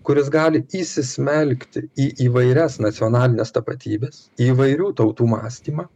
kuris gali įsismelkti į įvairias nacionalines tapatybes į įvairių tautų mąstymą